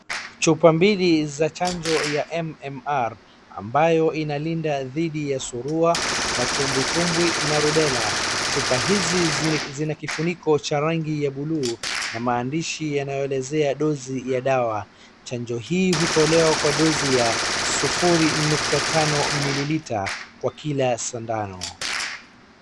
Chupa mbili za chanjo ya MMR ambayo inalinda dhidi ya surua, matumbwitumbwi na rubela. Chupa hizi zina kifuniko cha rangi ya buluu na maandishi yanayoelezea dosi ya dawa. Chanjo hii hutolewa kwa dosi ya sufuri nukta tano mililita kwa kila sindano.